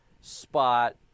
spot